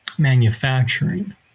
manufacturing